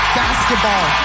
basketball